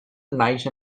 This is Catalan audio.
naix